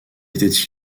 étaient